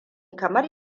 kamar